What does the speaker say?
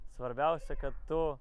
svarbiausia kad tu